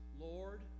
Lord